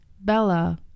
bella